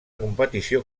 competició